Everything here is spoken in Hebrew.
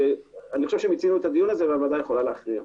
אני חושב שמיצינו את הדיון הזה והוועדה יכולה להכריע.